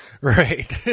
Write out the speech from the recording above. Right